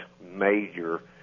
major